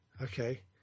Okay